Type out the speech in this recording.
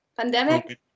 pandemic